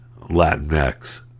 Latinx